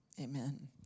amen